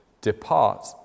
depart